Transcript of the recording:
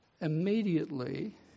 immediately